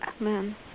Amen